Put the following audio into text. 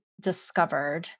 discovered